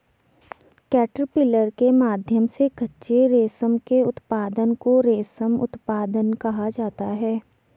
caterpillar के माध्यम से कच्चे रेशम के उत्पादन को रेशम उत्पादन कहा जाता है